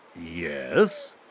Yes